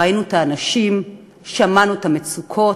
ראינו את האנשים, שמענו את המצוקות,